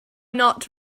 not